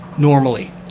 Normally